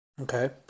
Okay